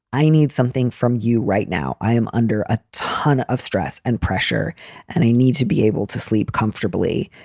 i need something from you right now. i am under a ton of stress and pressure and i need to be able to sleep comfortably.